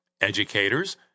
educators